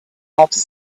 outer